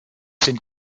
sind